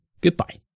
goodbye